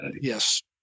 Yes